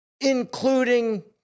including